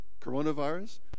coronavirus